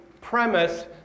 premise